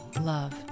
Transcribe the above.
love